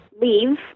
Leave